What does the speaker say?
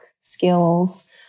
skills